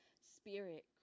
spirit